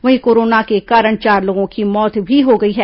वहीं कोरोना के कारण चार लोगों की मौत भी हो गई है